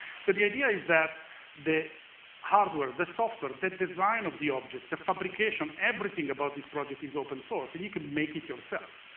so the idea is that the hardware, the software, the design of the object, the fabrication, everything about this project is open-source and you can make it yourself.